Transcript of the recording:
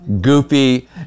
goofy